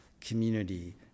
community